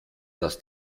das